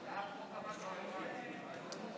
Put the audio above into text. ההצעה